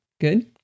Good